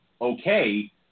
okay